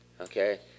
okay